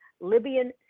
Libyan